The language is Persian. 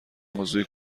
موضوع